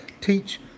teach